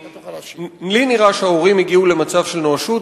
לי נראה שההורים הגיעו למצב של נואשות,